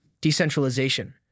decentralization